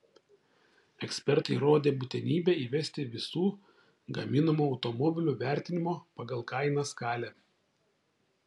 ekspertai įrodė būtinybę įvesti visų gaminamų automobilių vertinimo pagal kainą skalę